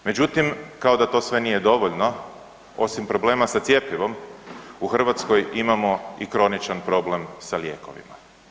Međutim, kao da to sve nije dovoljno, osim problema sa cjepivom, u Hrvatskoj imamo i kroničan problem sa lijekovima.